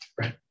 right